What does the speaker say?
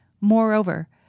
Moreover